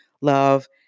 love